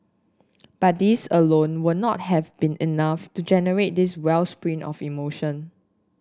but these alone would not have been enough to generate this wellspring of emotion